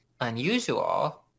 unusual